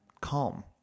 calm